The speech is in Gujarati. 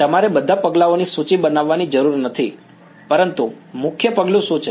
તમારે બધા પગલાઓની સૂચિ બનાવવાની જરૂર નથી પરંતુ મુખ્ય પગલું શું છે